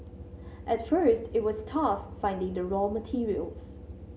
at first it was tough finding the raw materials